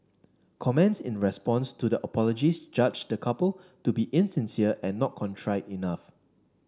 comments in response to the apologies judged the couple to be insincere and not contrite enough